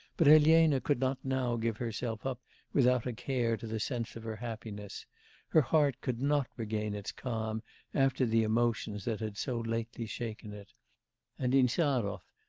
but elena could not now give herself up without a care to the sense of her happiness her heart could not regain its calm after the emotions that had so lately shaken it and insarov,